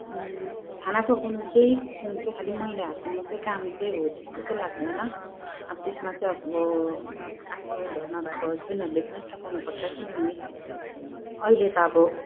खाना पकाउनु चाहिँ चाहिँ खाली महिलाहरूको मात्रै काम चाहिँ हो जेस्तो चाहिँ लाग्दैन अब त्यसमा चाहिँ अब आफ्नो घरमा भएको हस्बेन्डहरूले पनि सघाउनु पर्छ किनभने अहिले त अब